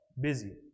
busy